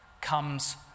comes